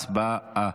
הצבעה.